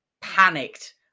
panicked